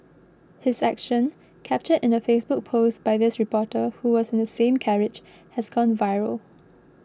his action captured in a Facebook post by this reporter who was in the same carriage has gone viral